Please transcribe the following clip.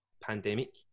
Pandemic